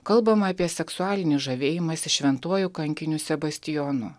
kalbama apie seksualinį žavėjimąsi šventuoju kankiniu sebastijonu